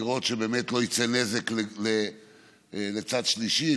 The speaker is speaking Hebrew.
לראות שבאמת לא יצא נזק לצד שלישי,